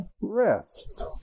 rest